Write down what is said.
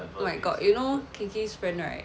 oh my god you know kinki's friend right